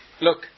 Look